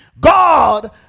god